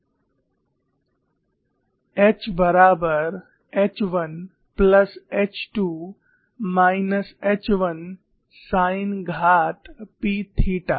H बराबर H 1 plus H 2 minus H 1 sine घात p theta